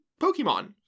Pokemon